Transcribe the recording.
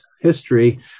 history